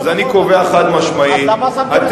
אז אני קובע חד-משמעית, אז למה שמתם, ?